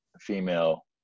female